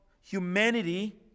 humanity